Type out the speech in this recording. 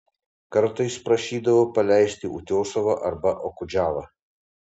kartais prašydavo paleisti utiosovą arba okudžavą